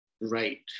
right